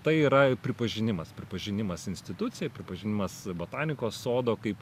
tai yra pripažinimas pripažinimas institucija pripažinimas botanikos sodo kaip